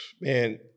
Man